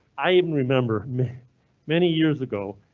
i even remember many years ago.